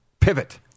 Pivot